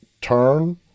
turn